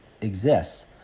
exists